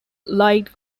liked